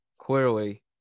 clearly